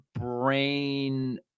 brain